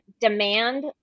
Demand